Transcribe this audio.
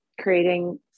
creating